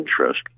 interest